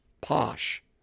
posh